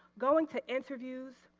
going to interviews,